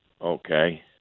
Okay